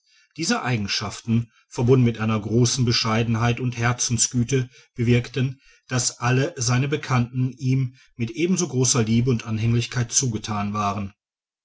diese eigenschaften verbunden mit der größten bescheidenheit und herzensgüte bewirkten daß alle seine bekannten ihm mit eben so großer liebe und anhänglichkeit zugethan waren